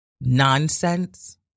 nonsense